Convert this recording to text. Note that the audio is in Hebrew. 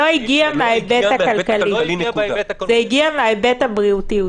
הגיע מההיבט הכלכלי, זה הגיע מההיבט הבריאותי.